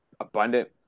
abundant